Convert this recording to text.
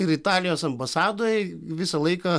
ir italijos ambasadoj visą laiką